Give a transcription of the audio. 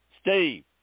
Steve